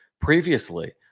previously